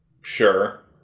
Sure